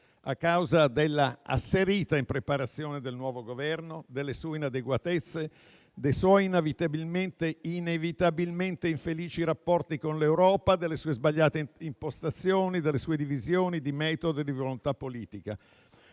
a causa dell'asserita impreparazione del nuovo Governo, delle sue inadeguatezze, dei suoi rapporti inevitabilmente infelici con l'Europa, delle sue sbagliate impostazioni e delle sue divisioni di metodo e di volontà politica.